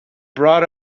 brought